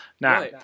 Now